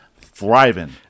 thriving